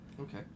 Okay